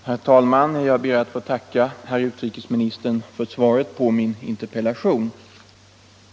Herr talman! Jag ber att få tacka herr utrikesministern för svaret på min interpellation.